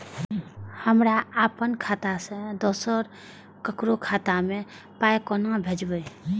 हमरा आपन खाता से दोसर ककरो खाता मे पाय कोना भेजबै?